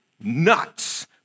nuts